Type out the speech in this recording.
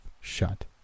shut